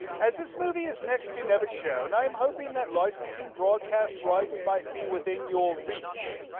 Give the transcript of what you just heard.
as this movie is next to never shown i am hoping that licensing broadcast rights might be within your reach